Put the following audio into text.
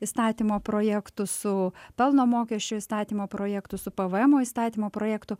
įstatymo projektu su pelno mokesčio įstatymo projektu su pė vė emo įstatymo projektu